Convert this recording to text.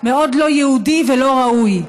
מאוד לא יהודי ולא ראוי.